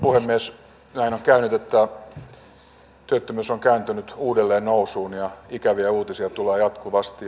näin on käynyt että työttömyys on kääntynyt uudelleen nousuun ja ikäviä uutisia tulee jatkuvasti